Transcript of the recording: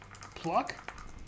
pluck